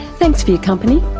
thanks for your company,